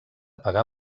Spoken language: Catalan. pagar